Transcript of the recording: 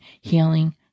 healing